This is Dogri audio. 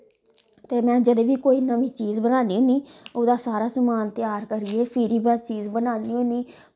ते में जद बी कोई नमीं चीज़ बनानी होनी ओह्दा सारा समान त्यार करियै फिर ही नें चीज़ बनान्नी होन्नी